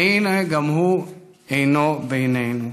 והינה, גם הוא אינו בינינו.